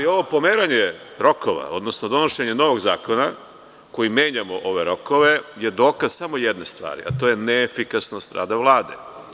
Ovo pomeranje rokova, odnosno donošenje novog zakona kojim menjamo ove rokove je dokaz samo jedne stvari, a to je neefikasnost rada Vlade.